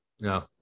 No